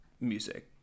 music